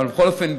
בכל אופן,